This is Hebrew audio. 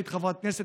כשהיית חברת כנסת,